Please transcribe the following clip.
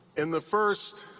in the first